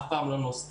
אף פעם לא נוסדה,